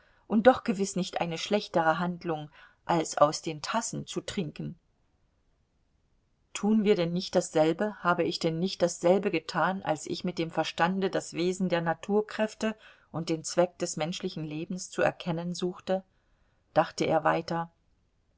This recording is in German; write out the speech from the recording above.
und doch gewiß nicht eine schlechtere handlung als aus den tassen zu trinken tun wir denn nicht dasselbe habe ich denn nicht dasselbe getan als ich mit dem verstande das wesen der naturkräfte und den zweck des menschlichen lebens zu erkennen suchte dachte er weiter